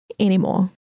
Anymore